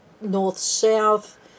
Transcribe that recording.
north-south